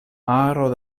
aro